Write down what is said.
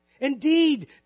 Indeed